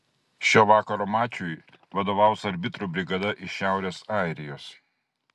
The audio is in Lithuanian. šio vakaro mačui vadovaus arbitrų brigada iš šiaurės airijos